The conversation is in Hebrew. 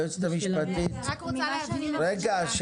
אני רק רוצה להבין --- לא, שניה.